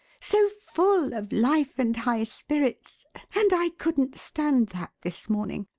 so full of life and high spirits and i couldn't stand that this morning.